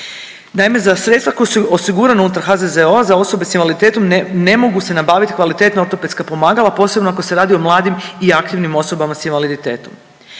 Naime, za sredstava koja su osigurana unutar HZZO-a za osobe s invaliditetom ne mogu se nabaviti kvalitetna ortopedska pomagala posebno ako se radi o mladim i aktivnim osobama s invaliditetom.